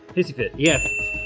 hissy fit. yes.